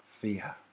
fear